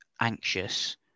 anxious